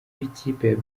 w’ikipe